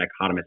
dichotomous